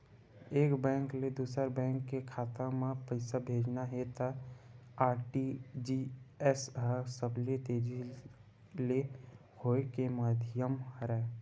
एक बेंक ले दूसर बेंक के खाता म पइसा भेजना हे त आर.टी.जी.एस ह सबले तेजी ले होए के माधियम हरय